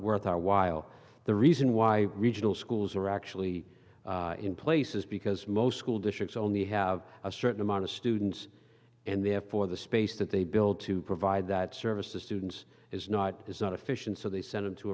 worth our while the reason why regional schools are actually in place is because most school districts only have a certain amount of students and therefore the space that they build to provide that service to students is not is not efficient so they sent him to